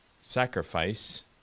sacrifice